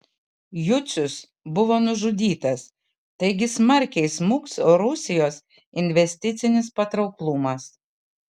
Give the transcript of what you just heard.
jucius buvo nužudytas taigi smarkiai smuks rusijos investicinis patrauklumas